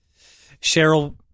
Cheryl